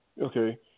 Okay